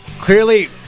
clearly